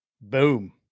Boom